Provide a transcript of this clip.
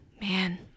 Man